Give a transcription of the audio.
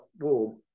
warm